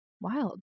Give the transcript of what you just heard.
wild